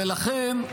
ולכן,